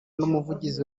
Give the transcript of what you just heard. n’umuvugizi